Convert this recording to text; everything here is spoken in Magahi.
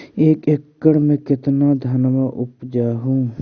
एक एकड़ मे कितना धनमा उपजा हू?